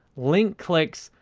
link clicks,